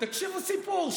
תקשיבו סיפור.